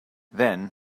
then